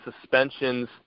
suspension's